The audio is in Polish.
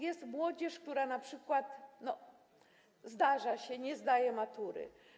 Jest młodzież, która np., zdarza się, nie zdaje matury.